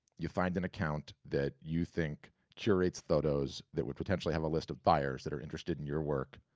you find an account that you think curates photos that would potentially have a list of buyers that are interested in your work,